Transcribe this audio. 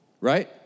right